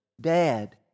Dad